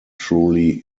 truly